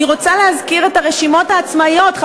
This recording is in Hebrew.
אני רוצה להזכיר את הרשימות העצמאיות.